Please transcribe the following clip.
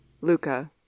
Luca